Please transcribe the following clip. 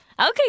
Okay